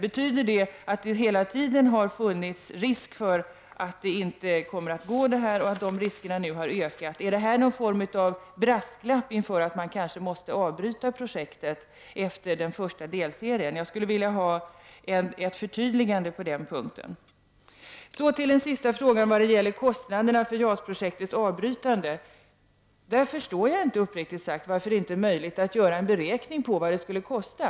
Betyder den att det hela tiden har funnits risk för att detta inte kommer att gå och att den risken nu har ökat? Är detta någon form av brasklapp att man kanske måste avbryta projektet efter den första delserien? Jag skulle vilja ha ett förtydligande på den punkten. Den sista frågan gäller kostnaderna för ett avbrytande av JAS-projektet. Jag förstår uppriktigt sagt inte varför det inte är möjligt att göra en beräkning av vad det skulle kosta.